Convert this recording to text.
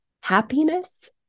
Happiness